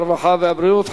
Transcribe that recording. הרווחה והבריאות,